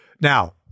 now